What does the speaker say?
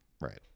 Right